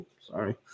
Sorry